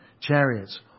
chariots